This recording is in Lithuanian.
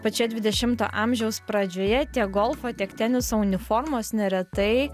pačioje dvidešimto amžiaus pradžioje tiek golfo tiek teniso uniformos neretai